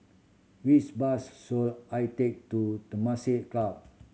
which bus should I take to Temasek Club